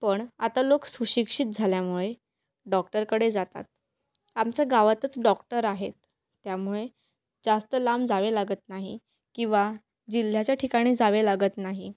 पण आता लोक सुशिक्षित झाल्यामुळे डॉक्टरकडे जातात आमच्या गावातच डॉक्टर आहेत त्यामुळे जास्त लांब जावे लागत नाही किंवा जिल्ह्याच्या ठिकाणी जावे लागत नाही